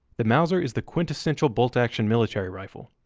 the mauser is the quintessential bolt-action military rifle,